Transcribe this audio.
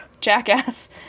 jackass